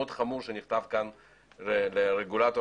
הם עשו את זה במכתב מאוד חמור שנכתב לרגולטור